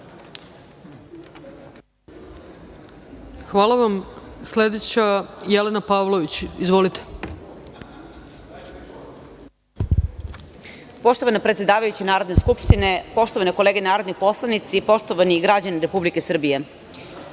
Pavlović. Izvolite. **Jelena Pavlović** Poštovana predsedavajuća Narodne skupštine, poštovane kolege narodni poslanici, poštovani građani Republike Srbije,